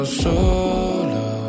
solo